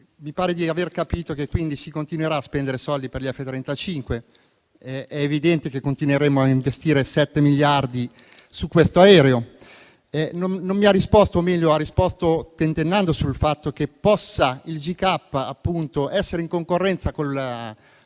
Mi pare di aver capito che si continuerà a spendere soldi per gli F35; è evidente che continueremo a investire sette miliardi su questo aereo. Il Ministro non ha risposto, o meglio ha risposto tentennando sul fatto che il GCAP possa essere in concorrenza con il